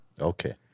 Okay